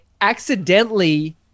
accidentally